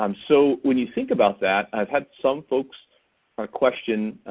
um so when you think about that, i've had some folks question,